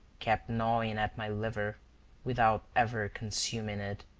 kept gnawing at my liver without ever consuming it.